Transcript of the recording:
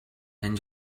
and